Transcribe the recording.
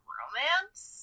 romance